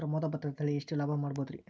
ಪ್ರಮೋದ ಭತ್ತದ ತಳಿ ಎಷ್ಟ ಲಾಭಾ ಮಾಡಬಹುದ್ರಿ?